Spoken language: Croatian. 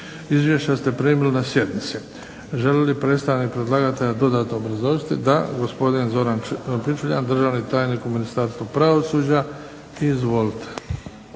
Izvješća ste primili na sjednici. Želi li predstavnik predlagatelja dodatno obrazložiti? Da. Gospodin Zoran Pičuljan, državni tajnik u Ministarstvu pravosuđa. Izvolite.